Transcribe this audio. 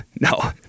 no